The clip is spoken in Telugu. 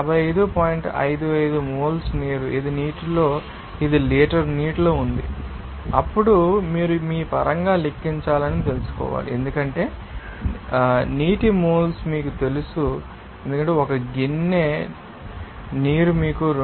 55 మోల్స్ నీరు ఇది లీటరు నీటిలో ఉంది అప్పుడు మీరు మీ పరంగా లెక్కించాలని తెలుసుకోవాలి ఎందుకంటే నీటి పుట్టుమచ్చలు మీకు తెలుసు ఎందుకంటే 1 గిన్నె నీరు మీకు 22